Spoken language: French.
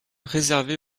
réservé